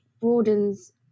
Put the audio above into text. broadens